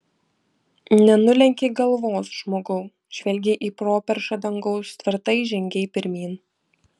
nenulenkei galvos žmogau žvelgei į properšą dangaus tvirtai žengei pirmyn